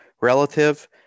relative